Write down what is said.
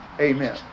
Amen